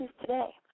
Today